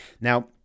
Now